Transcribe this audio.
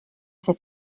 fer